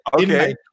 Okay